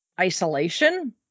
isolation